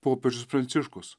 popiežius pranciškus